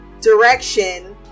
direction